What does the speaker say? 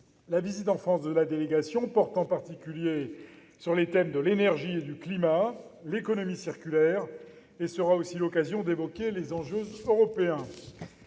La visite en France de la délégation porte en particulier sur les thèmes de l'énergie et du climat et de l'économie circulaire. Elle sera aussi l'occasion d'évoquer les enjeux européens.